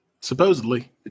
Supposedly